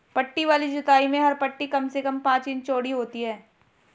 पट्टी वाली जुताई में हर पट्टी कम से कम पांच इंच चौड़ी होती है